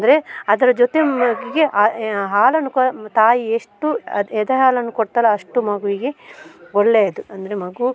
ಅಂದರೆ ಅದರ ಜೊತೆ ಮಗುವಿಗೆ ಹಾಲನ್ನು ಕ್ ತಾಯಿ ಎಷ್ಟು ಎದೆಹಾಲನ್ನು ಕೊಡ್ತಾಳೋ ಅಷ್ಟು ಮಗುವಿಗೆ ಒಳ್ಳೆಯದು ಅಂದರೆ ಮಗು